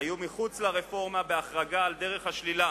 היו מחוץ לרפורמה בהחרגה על דרך השלילה,